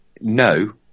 No